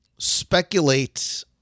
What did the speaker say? speculate